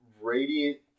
radiant